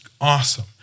awesome